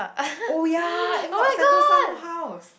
oh ya eh but sentosa no house